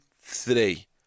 three